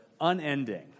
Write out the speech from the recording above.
unending